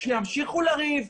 שימשיכו לריב,